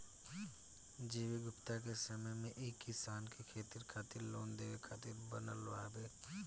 G V Gupta के समय मे ई किसान के खेती खातिर लोन देवे खातिर बनल बावे